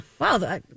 Wow